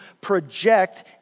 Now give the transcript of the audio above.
project